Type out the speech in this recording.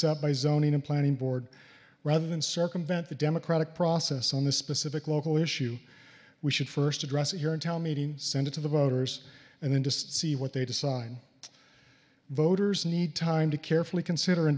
by zoning and planning board rather than circumvent the democratic process on the specific local issue we should first address it here in town meeting send it to the voters and then just see what they decide voters need time to carefully consider